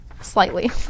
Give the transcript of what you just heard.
slightly